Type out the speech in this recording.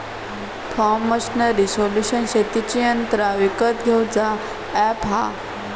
form machinery solution शेतीची यंत्रा विकत घेऊचा अॅप हा